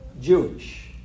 Jewish